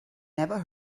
never